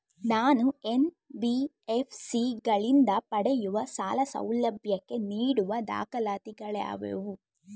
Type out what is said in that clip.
ನಾನು ಎನ್.ಬಿ.ಎಫ್.ಸಿ ಗಳಿಂದ ಪಡೆಯುವ ಸಾಲ ಸೌಲಭ್ಯಕ್ಕೆ ನೀಡುವ ದಾಖಲಾತಿಗಳಾವವು?